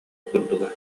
курдуга